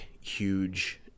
huge